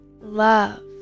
love